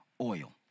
oil